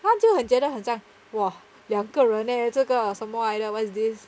他就很觉得很像哇两个人 leh 这个什么来的 what is this